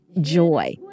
joy